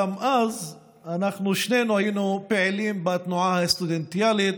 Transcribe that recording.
גם אז שנינו היינו פעילים בתנועה הסטודנטיאלית,